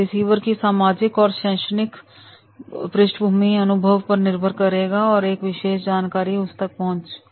receiver की सामाजिक और शैक्षिक पृष्ठभूमि अनुभव पर निर्भर करेगा कि एक विशेष जानकारी उस तक कैसे पहुंच पाएगी